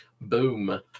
Boom